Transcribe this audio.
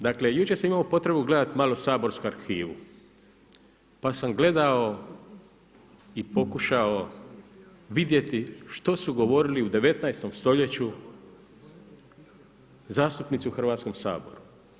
Dakle jučer sam imao potrebu gledat malo saborsku arhivu pa sam gledao i pokušao vidjeti što su govorili u 19. stoljeću zastupnici u Hrvatskom saboru.